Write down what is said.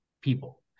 people